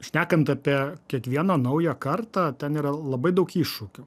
šnekant apie kiekvieną naują kartą ten yra labai daug iššūkių